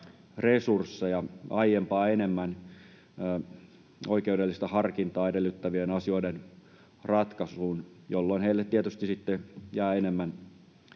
resursseja aiempaa enemmän oikeudellista harkintaa edellyttävien asioiden ratkaisuun, jolloin heille tietysti sitten jää enemmän